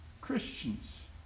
Christians